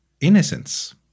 Innocence